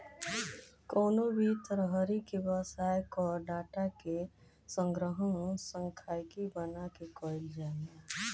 कवनो भी तरही के व्यवसाय कअ डाटा के संग्रहण सांख्यिकी बना के कईल जाला